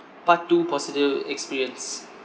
part two positive experience